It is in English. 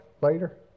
later